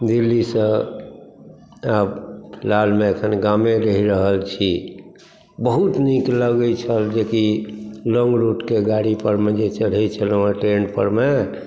दिल्लीसँ आब फिलहालमे एखन गामे रहि रहल छी बहुत नीक लगैत छल जेकि लॉन्ग रूटके गाड़ी परमे जे चढ़ैत छलहुँ ट्रेन परमे